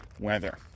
weather